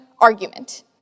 argument